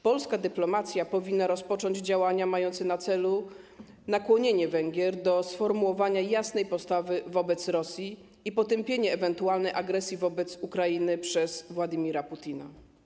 Polska dyplomacja powinna rozpocząć działania mające na celu nakłonienie Węgier do sformułowania jasnej postawy wobec Rosji i potępienie ewentualnej agresji wobec Ukrainy przez Władimira Putina.